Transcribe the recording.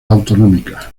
autonómicas